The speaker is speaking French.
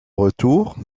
retour